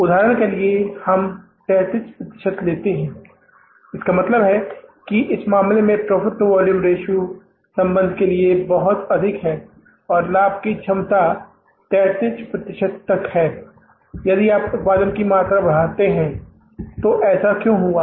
उदाहरण के लिए हम 33 प्रतिशत लेते हैं इसका मतलब है कि इस मामले में प्रॉफ़िट टू वॉल्यूम संबंध के लिए बहुत अधिक है और लाभ की क्षमता 33 प्रतिशत तक है यदि आप उत्पादन की मात्रा बढ़ाते हैं तो ऐसा क्यों हुआ